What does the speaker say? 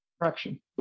direction